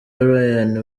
rayane